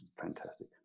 fantastic